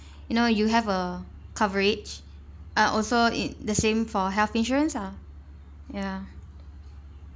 you know you have a coverage uh also i~ the same for health insurance ah ya